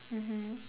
mmhmm